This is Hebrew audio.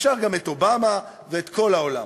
אפשר גם את אובמה ואת כל העולם.